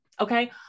Okay